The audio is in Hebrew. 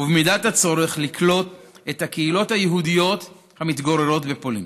ובמידת הצורך לקלוט את הקהילות היהודיות המתגוררות בפולין.